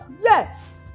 Yes